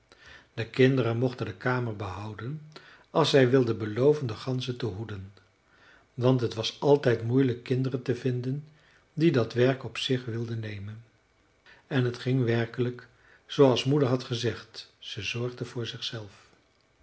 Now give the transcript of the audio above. de kinderen mochten de kamer behouden als zij wilden beloven de ganzen te hoeden want het was altijd moeilijk kinderen te vinden die dat werk op zich wilden nemen en het ging werkelijk zooals moeder had gezegd ze zorgden voor zichzelf